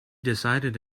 decided